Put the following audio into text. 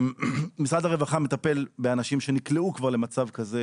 משרד הרווחה מטפל באנשים שנקלעו כבר למצב כזה,